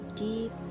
deep